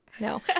No